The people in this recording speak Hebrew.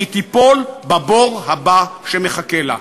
והיא תיפול בבור הבא שמחכה לה.